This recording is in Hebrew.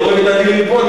תבואי ותעלי מפה,